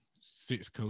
six